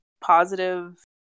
positive